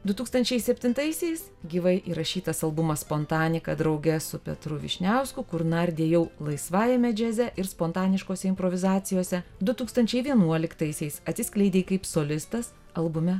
du tūkstančiai septintaisiais gyvai įrašytas albumas spontanika drauge su petru vyšniausku kur nardei jau laisvajame džiaze ir spontaniškose improvizacijose du tūkstančiai vienuoliktaisiais atsiskleidei kaip solistas albume